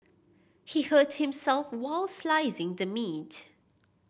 he hurt himself while slicing the meat